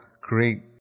create